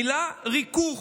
המילה: ריכוך.